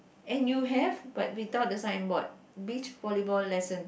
and you have but without the signboard beach volleyball lessons